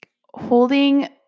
holding